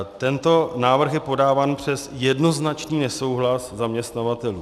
Tento návrh je podáván přes jednoznačný nesouhlas zaměstnavatelů.